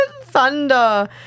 Thunder